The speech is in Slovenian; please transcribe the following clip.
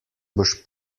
boš